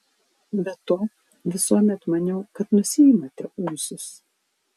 be to visuomet maniau kad nusiimate ūsus